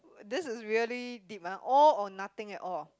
this is really deep ah all or nothing at all